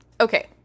Okay